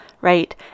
right